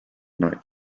night